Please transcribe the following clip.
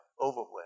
overwhelmed